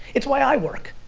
it's why i work,